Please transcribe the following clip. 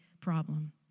problem